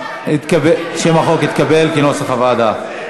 שם החוק התקבל כנוסח הוועדה.